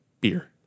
Beer